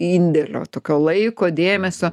indėlio tokio laiko dėmesio